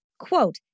Quote